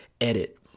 edit